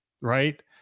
Right